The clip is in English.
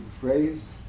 phrase